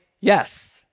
yes